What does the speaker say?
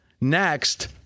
next